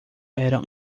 eram